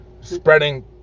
spreading